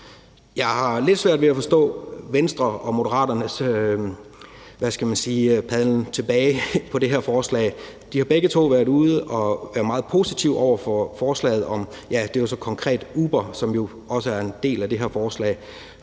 Jeg har lidt svært ved at forstå Venstre og Moderaternes padlen tilbage på det her forslag. De har begge to været ude og været meget positive over for forslaget, ja, det var så konkret Uber, som også er en del af det her forslag,